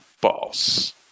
boss